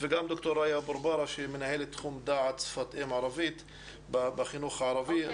וגם ד"ר ראויה בורבארה שהיא מנהלת תחום דעת שפת אם ערבית בחינוך הערבי.